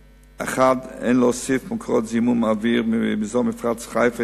אין להוסיף מקורות זיהום אוויר מאזור מפרץ חיפה,